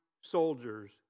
soldiers